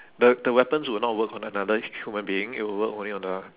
the the weapons will not work on another human being it will work only on the